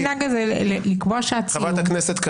אני רוצה שיכניסו את נציגי הארגונים.